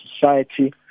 society